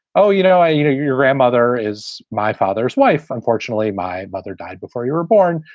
oh, you know, i you know, your grandmother is my father's wife. unfortunately, my mother died before you were born.